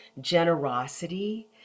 generosity